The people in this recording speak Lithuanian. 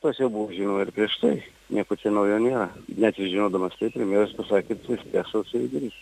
tas jau buvo žinoma ir prieš tai nieko čia naujo nėra net ir žinodamas tai premjeras pasakė kad susisieks sausio vidury